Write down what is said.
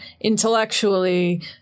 intellectually